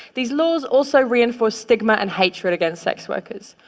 these laws also reinforce stigma and hatred against sex workers.